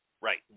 Right